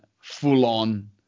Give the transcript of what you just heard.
full-on